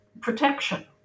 protection